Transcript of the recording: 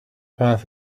path